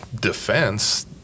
defense